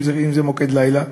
אם זה מוקד לילה,